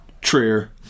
Trier